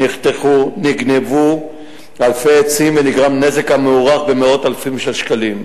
נחתכו ונגנבו אלפי עצים ונגרם נזק המוערך במאות אלפי שקלים.